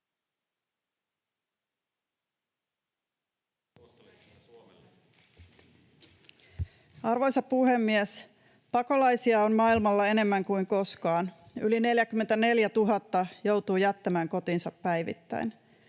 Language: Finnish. Arvoisa puhemies! Pakolaisia on maailmalla enemmän kuin koskaan. Yli 44 000 joutuu jättämään kotinsa päivittäin.